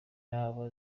n’abo